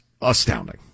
astounding